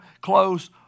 close